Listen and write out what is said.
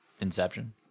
Inception